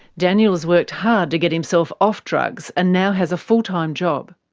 daniel has worked hard to get himself off drugs, and now has a fulltime job.